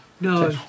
No